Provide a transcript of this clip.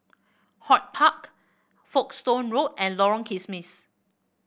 HortPark Folkestone Road and Lorong Kismis